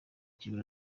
kibazo